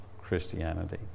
Christianity